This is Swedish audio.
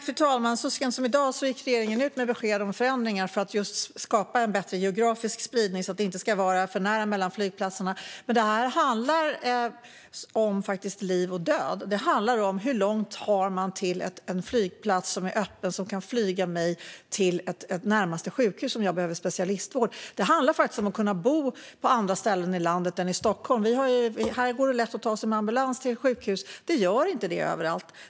Fru talman! Så sent som i dag gick regeringen ut med besked om förändringar för att skapa en bättre geografisk spridning så att det inte ska vara för tätt mellan flygplatserna. Men det här handlar faktiskt om liv och död. Det handlar om hur långt jag har till en flygplats som är öppen så att man kan flyga mig till närmaste sjukhus om jag behöver specialistvård. Det handlar om att kunna bo på andra ställen i landet än i Stockholm. Här går det lätt att ta sig till sjukhus med ambulans. Det gör det inte överallt.